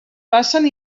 passen